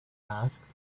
asked